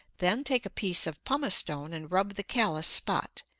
then take a piece of pumice stone and rub the callous spot.